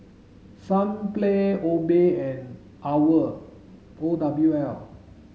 Sunplay Obey and OWL O W L